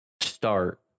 start